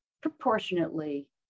proportionately